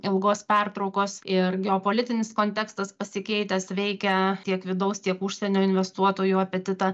ilgos pertraukos ir geopolitinis kontekstas pasikeitęs veikia tiek vidaus tiek užsienio investuotojų apetitą